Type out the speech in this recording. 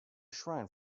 shrine